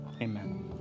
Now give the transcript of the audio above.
Amen